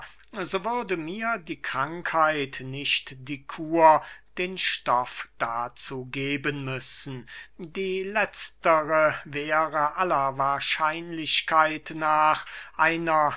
so würde mir die krankheit nicht die kur den stoff dazu geben müssen die letztere wäre aller wahrscheinlichkeit nach einer